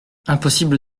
impossible